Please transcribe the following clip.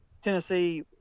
Tennessee